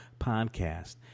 podcast